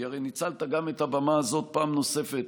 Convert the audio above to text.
כי הרי ניצלת את הבמה הזאת פעם נוספת